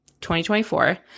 2024